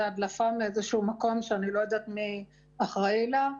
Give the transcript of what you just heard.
הדלפה מאיזשהו מקום שאני לא יודעת מי אחראי לו,